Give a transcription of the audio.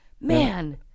Man